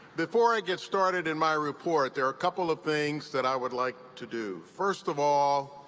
before i get started in my report, there are a couple of things that i would like to do. first of all,